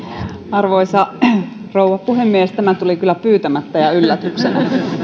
arvoisa rouva puhemies tämä tuli kyllä pyytämättä ja yllätyksenä